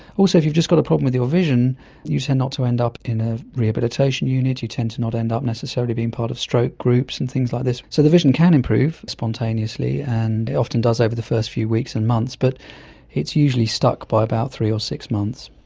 also if you've just got a problem with your vision you tend not to end up in a rehabilitation unit, you tend to not end up necessarily being part of stroke groups and things like this. so the vision can improve spontaneously and it often does over the first few weeks and months, but it's usually stuck by about three or six months.